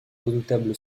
redoutable